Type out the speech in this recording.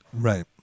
Right